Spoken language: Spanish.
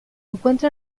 encuentra